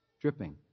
dripping